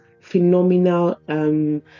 phenomenal